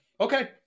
okay